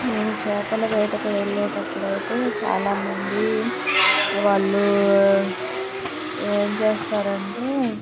మేము చేపల వేటకు వెళ్ళేటప్పుడు అయితే చాలా మంది వాళ్ళు ఏం చేస్తారంటే